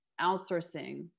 outsourcing